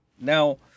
now